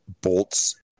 bolts